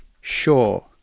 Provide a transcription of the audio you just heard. Sure